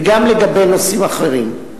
וגם לגבי נושאים אחרים.